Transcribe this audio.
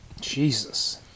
Jesus